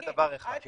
זה דבר אחד.